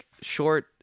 short